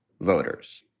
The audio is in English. voters